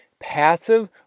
passive